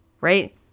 right